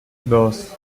dos